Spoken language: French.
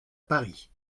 paris